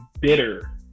bitter